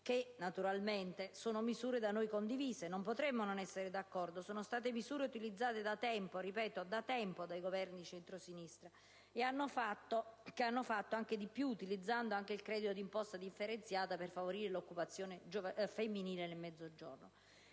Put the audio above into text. Sud. Naturalmente sono misure da noi condivise e non potremmo che essere d'accordo; si tratta di misure utilizzate da tempo - ripeto: da tempo - dai Governi di centrosinistra, che hanno fatto di più, utilizzando anche il credito d'imposta differenziato per favorire l'occupazione femminile nel Mezzogiorno.